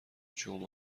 جمعه